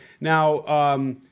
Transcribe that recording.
Now –